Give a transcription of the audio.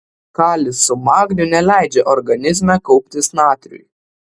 kalis su magniu neleidžia organizme kauptis natriui